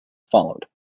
followed